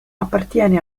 appartiene